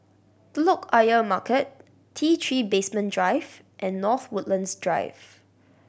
Telok Ayer Market T Three Basement Drive and North Woodlands Drive